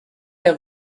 der